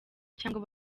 cyangwa